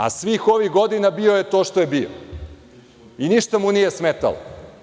A, svih ovih godina bio je to što je bio i ništa mu nije smetalo.